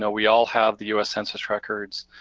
so we all have the us census records.